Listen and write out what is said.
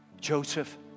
Joseph